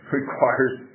requires